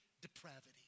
depravity